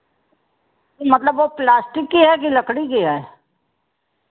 मतलब वो प्लास्टिक की है कि लकड़ी की है